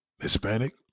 Hispanic